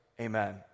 amen